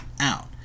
out